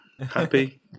happy